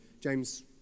James